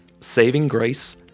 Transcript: savinggrace